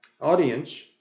audience